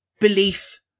belief